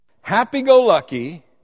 happy-go-lucky